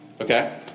Okay